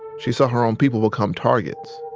she saw her own people become targets,